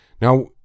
Now